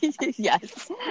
Yes